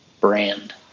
brand